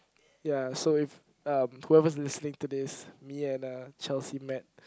ya so if um whoever's listening to this me and uh Chelsea met